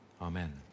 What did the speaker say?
Amen